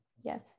Yes